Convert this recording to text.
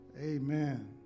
amen